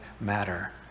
matter